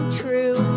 true